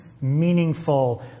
meaningful